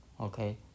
okay